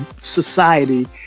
society